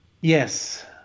Yes